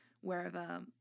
wherever